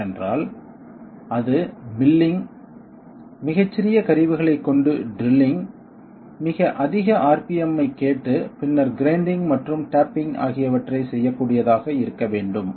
ஏனென்றால் அது மில்லிங் மிகச் சிறிய கருவிகளைக் கொண்டு ட்ரில்லிங் மிக அதிக RPM ஐக் கேட்டு பின்னர் கிரைண்டிங் மற்றும் டேப்பிங் ஆகியவற்றைச் செய்யக்கூடியதாக இருக்க வேண்டும்